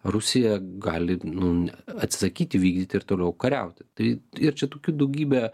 rusija gali nu ne atsisakyti vykdyti ir toliau kariauti tai ir čia tokių daugybė